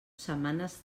setmanes